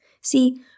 See